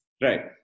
Right